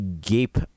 gape